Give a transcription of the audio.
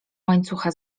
łańcucha